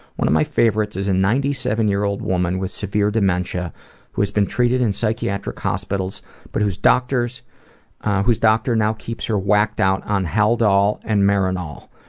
one of my favorites is a ninety seven year old woman with severe dementia who has been treated in psychiatric hospitals but whose doctor so whose doctor now keeps her whacked out on haldol and marinol.